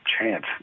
chance